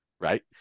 right